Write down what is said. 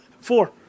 Four